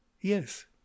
Yes